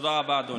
תודה רבה, אדוני.